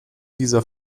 dieser